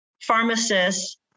pharmacists